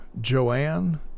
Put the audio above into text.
Joanne